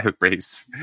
race